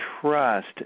trust